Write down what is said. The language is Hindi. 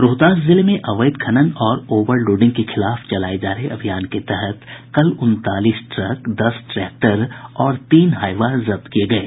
रोहतास जिले में अवैध खनन और ओवर लोडिंग के खिलाफ चलाये जा रहे अभियान के तहत कल उनतालीस ट्रक दस ट्रैक्टर और तीन हाईवा जब्त किये गये